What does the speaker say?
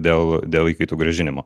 dėl dėl įkaitų grąžinimo